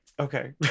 Okay